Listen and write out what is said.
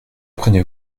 prenez